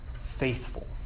faithful